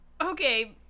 okay